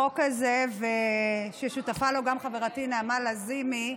החוק הזה, ששותפה לו חברתי נעמה לזימי,